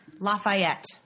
Lafayette